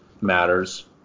matters